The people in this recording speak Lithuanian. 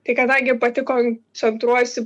tai kadangi pati koncentruojuosi